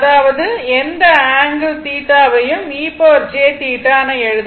அதாவது எந்த ஆங்கிள் θ வையும் e jθ என எழுதலாம்